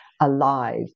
alive